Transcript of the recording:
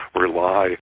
rely